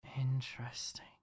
Interesting